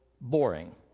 boring